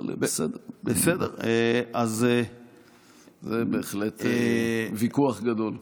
אבל בסדר, זה בהחלט ויכוח גדול.